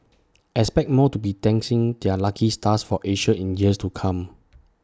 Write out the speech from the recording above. expect more to be dancing their lucky stars for Asia in years to come